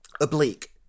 oblique